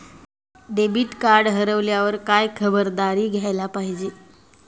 Debit card हरवल्यावर काय खबरदारी घ्यायला पाहिजे?